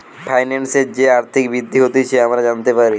ফাইন্যান্সের যে আর্থিক বৃদ্ধি হতিছে আমরা জানতে পারি